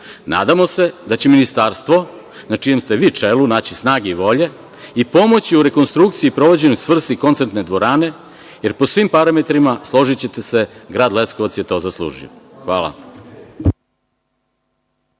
Nadamo se da će ministarstvo, na čijem ste vi čelu, naći snage i volje i pomoći u rekonstrukciji i privođenju svrsi koncertne dvorane, jer po svim parametrima, složićete se, grad Leskovac je to zaslužio. Hvala.